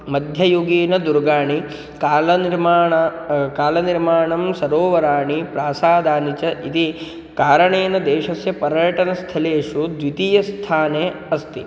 मध्ययुगीनदुर्गाणि कालनिर्माणं कालनिर्माणं सरोवराः प्रासादाः च इति कारणेन देशस्य पर्यटनस्थलेषु द्वितीयस्थाने अस्ति